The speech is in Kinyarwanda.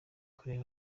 kureba